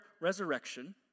resurrection